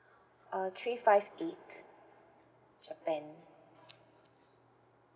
uh three five eight japan